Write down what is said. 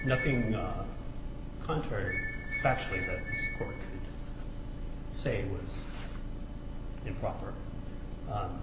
nothing contrary actually say was improper